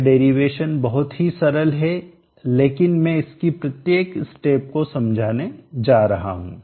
यह डेरीवेशन बहुत ही सरल है लेकिन में इसकी प्रत्येक स्टेप को समझाने जा रहा हूं